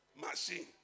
machine